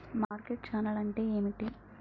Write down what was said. Market channel అంటే ఏమిటి?